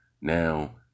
Now